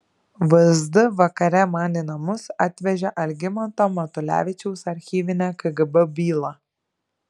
vsd vakare man į namus atvežė algimanto matulevičiaus archyvinę kgb bylą